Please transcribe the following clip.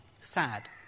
sad